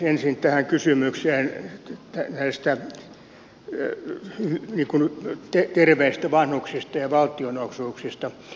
ensin tähän kysymykseen näistä terveistä vanhuksista ja valtionosuuksista